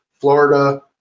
florida